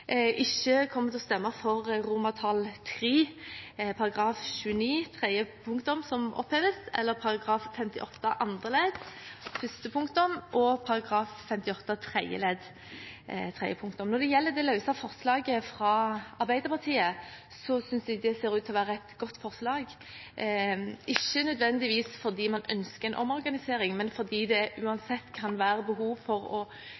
58 andre ledd første punktum og § 58 tredje ledd tredje punktum. Når det gjelder det løse forslaget, fra Arbeiderpartiet og Senterpartiet, synes jeg det ser ut til å være et godt forslag, ikke nødvendigvis fordi man ønsker en omorganisering, men fordi det uansett kan være behov for å